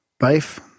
life